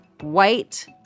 white